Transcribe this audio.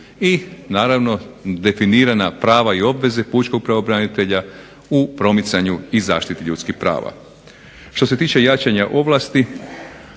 i naravno definirana prava i obveze pučkog pravobranitelja u promicanju i zaštiti ljudskih prava. Što se tiče jačanja ovlasti,